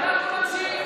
אנחנו נמשיך,